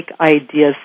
ideas